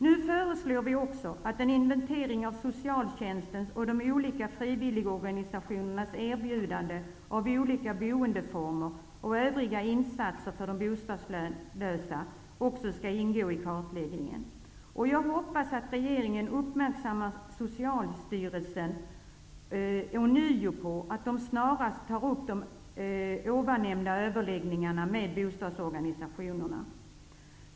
Nu föreslår vi att en inventering av socialtjänstens och de olika frivilligorganisationernas erbjudanden om olika boendeformer och övriga insatser för de bostadslösa också skall ingå i kartläggningen. Jag hoppas att regeringen ånyo gör Socialstyrelsen uppmärksam på att man snarast bör ta upp de nämnda överläggningarna med bostadsorganisationerna.